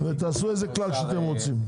תעשו איזה כלל שאתם רוצים.